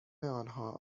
آنها